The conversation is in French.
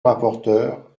rapporteur